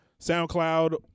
SoundCloud